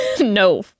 no